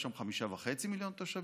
יש שם חמישה וחצי מיליון תושבים,